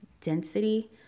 density